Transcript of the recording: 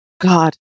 God